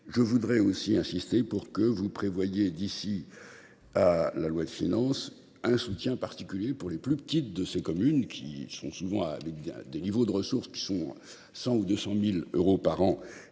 Je voudrais aussi insister pour que vous prévoyez d'ici à la loi de finances un soutien particulier pour les plus petites de ces communes qui sont souvent avec des niveaux de ressources qui sont 100 ou 200.000 euros par an